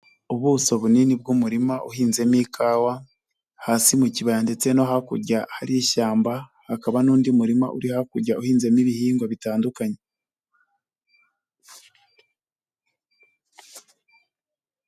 Ubuso bunini bw'umurima uhinzemo ikawa hasi mu kibaya ndetse no hakurya hari ishyamba, hakaba n'undi murima uri hakurya uhinzemo ibihingwa bitandukanye.